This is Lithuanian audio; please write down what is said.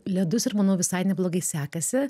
ledus ir manau visai neblogai sekasi